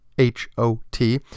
H-O-T